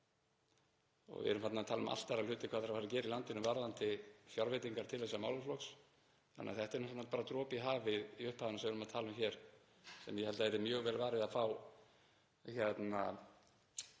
og við erum farin að tala um allt aðra hluti hvað þarf að gera í landinu varðandi fjárveitingar til þessa málaflokks þannig að þetta er bara dropi í hafið, upphæðin sem við erum að tala um hér. Ég held að henni væri mjög vel varið til að fá betri